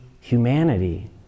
humanity